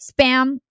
Spam